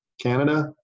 Canada